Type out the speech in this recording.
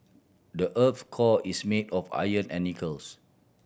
the earth's core is made of iron and nickels